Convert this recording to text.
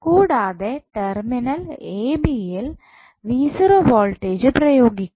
കൂടാതെ terminal ab യിൽ voltage പ്രയോഗിക്കും